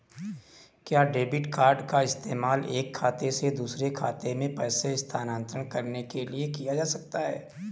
क्या debit card का इस्तेमाल एक खाते से दूसरे खाते में पैसे स्थानांतरण करने के लिए किया जा सकता है?